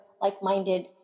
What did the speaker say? like-minded